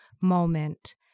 moment